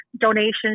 donations